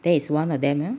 that is one of them